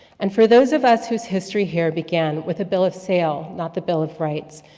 and for those of us who's history here began with a bill of sale, not the bill of rights.